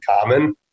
common